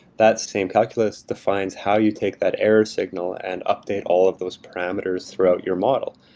that same calculus defines how you take that error signal and update all of those parameters throughout your model.